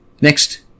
Next